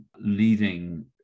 leading